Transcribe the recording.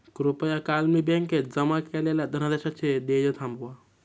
कृपया काल मी बँकेत जमा केलेल्या धनादेशाचे देय थांबवा